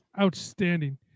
Outstanding